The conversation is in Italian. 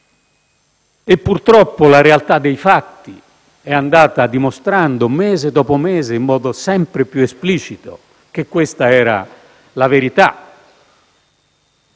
E purtroppo la realtà dei fatti è andata dimostrando, mese dopo mese, in modo sempre più esplicito, che questa era la verità.